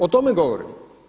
O tome govorim.